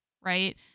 right